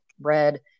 red